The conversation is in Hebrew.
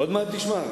עוד מעט תשמע,